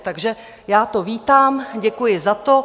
Takže já to vítám, děkuji za to.